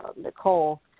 Nicole